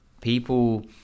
people